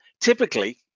typically